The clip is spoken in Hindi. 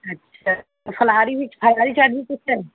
अच्छा तो फलहारी भी फलहारी चाट भी कैसे है